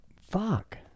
Fuck